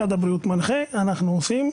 משרד הבריאות מנחה, אנחנו עושים,